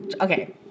okay